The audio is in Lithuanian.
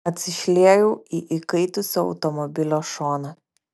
atsišliejau į įkaitusio automobilio šoną